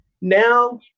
Now